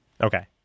Okay